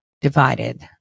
divided